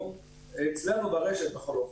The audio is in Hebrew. אצלנו ברשת בכל אופן,